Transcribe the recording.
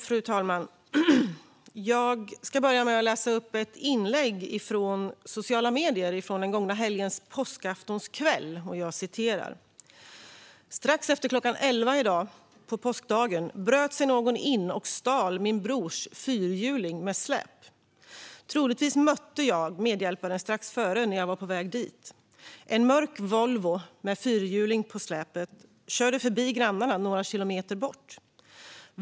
Fru talman! Jag ska börja med att läsa upp ett inlägg på sociala medier från den gångna helgens påskaftonskväll: Strax efter klockan 11 i dag, på påskdagen, bröt sig någon in och stal min brors fyrhjuling med släp. Troligtvis mötte jag medhjälparen strax innan när jag var på väg dit. En mörk Volvo med en fyrhjuling på släpet körde förbi grannarna några kilometer bort.